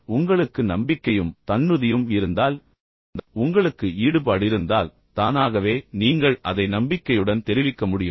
எனவே உங்களுக்கு நம்பிக்கையும் தன்னுறுதியும் இருந்தால் உங்களுக்கு ஈடுபாடு இருந்தால் தானாகவே நீங்கள் அதை நம்பிக்கையுடன் தெரிவிக்க முடியும்